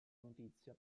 notizia